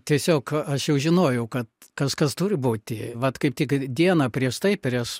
tiesiog aš jau žinojau kad kažkas turi būti vat kaip tik dieną prieš tai prieš